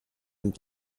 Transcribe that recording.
and